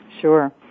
Sure